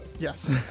Yes